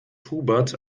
hubert